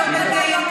לא בראשות נתניהו,